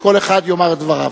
כל אחד יאמר את דבריו.